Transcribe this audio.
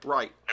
Right